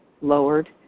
lowered